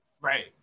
Right